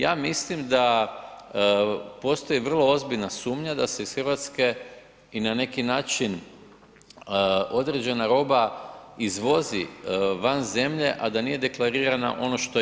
Ja mislim da postoji vrlo ozbiljna sumnja da se iz Hrvatske i na neki način određena roba izvozi van zemlje a da nije deklarirana ono što je.